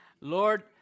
Lord